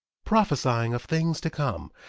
prophesying of things to come,